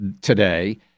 today